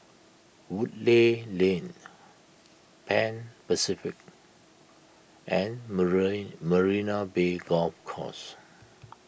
Woodleigh Lane Pan Pacific and Marie Marina Bay Golf Course